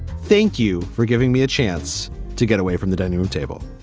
thank you for giving me a chance to get away from the dining room table.